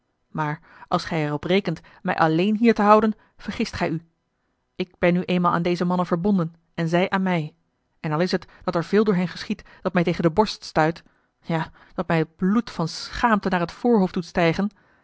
maar als gij er op rekent mij alleen hier te houden vergist gij u ik ben nu eenmaal aan deze mannen verbonden en zij aan mij en al is t dat er veel door hen geschiedt dat mij tegen de borst stuit ja dat mij het bloed van schaamte naar het voorhoofd doet stijgen